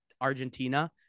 Argentina